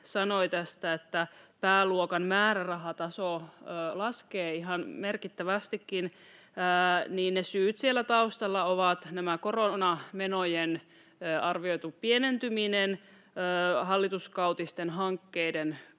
sanoi, pääluokan määrärahataso laskee ihan merkittävästikin, ja syyt siellä taustalla ovat koronamenojen arvioitu pienentyminen, hallituskautisten hankkeiden